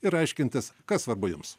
ir aiškintis kas svarbu jums